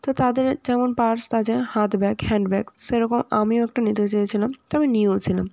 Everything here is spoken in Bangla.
তো তাদের যেমন পার্স আছে হাত ব্যাগ হ্যান্ডব্যাগ সেরকম আমিও একটা নিতে চেয়েছিলাম তো আমি নিয়েও ছিলাম